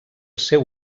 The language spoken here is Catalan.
seu